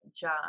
John